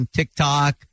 TikTok